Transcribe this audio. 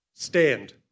Stand